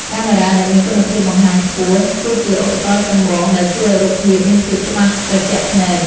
កាមេរ៉ាដែលមានគុណភាពបង្ហាញខ្ពស់គឺជាឧបករណ៍ចម្បងដែលជួយឱ្យរូបភាពមានភាពច្បាស់ត្រជាក់ភ្នែក។